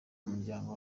umuryango